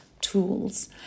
tools